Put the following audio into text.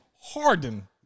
Harden